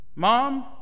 Mom